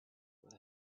with